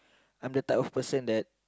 I'm the type of person that